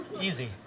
Easy